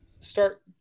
start